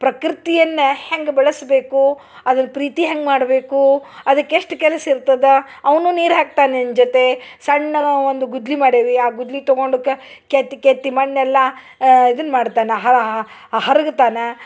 ಪ್ರಕೃತಿಯನ್ನ ಹೆಂಗೆ ಬೆಳಸಬೇಕು ಅದನ್ನ ಪ್ರೀತಿ ಹೆಂಗೆ ಮಾಡಬೇಕು ಅದಕ್ಕೆ ಎಷ್ಟು ಕೆಲ್ಸ ಇರ್ತದ ಅವುನ್ನು ನೀರು ಹಾಕ್ತನ ನಿನ್ನ ಜೊತೆ ಸಣ್ಣ ಒಂದು ಗುದ್ಲಿ ಮಾಡೇವಿ ಆ ಗುದ್ಲಿಗೆ ತೊಗೊಂಡು ಕೆತ್ತಿ ಕೆತ್ತಿ ಮಣ್ಣೆಲ್ಲ ಇದನ್ನ ಮಾಡ್ತನ ಹರುಗುತಾನ